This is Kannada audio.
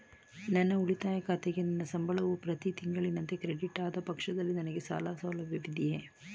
ನನ್ನ ಉಳಿತಾಯ ಖಾತೆಗೆ ನನ್ನ ಸಂಬಳವು ಪ್ರತಿ ತಿಂಗಳಿನಂತೆ ಕ್ರೆಡಿಟ್ ಆದ ಪಕ್ಷದಲ್ಲಿ ನನಗೆ ಸಾಲ ಸೌಲಭ್ಯವಿದೆಯೇ?